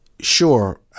sure